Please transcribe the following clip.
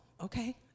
okay